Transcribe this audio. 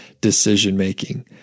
decision-making